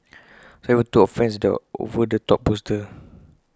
some even took offence at their over the top poster